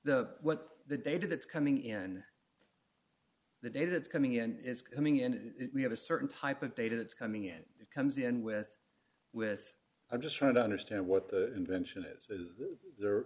the what the data that's coming in the data that's coming in is coming in and we have a certain type of data that's coming in it comes in with with i'm just trying to understand what the invention is there